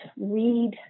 read